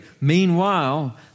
Meanwhile